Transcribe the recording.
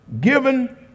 given